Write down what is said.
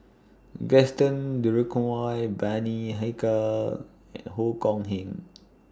Gaston Dutronquoy Bani Haykal and Ong Keng Yong